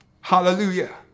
Hallelujah